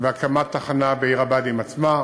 והקמת תחנה בעיר-הבה"דים עצמה.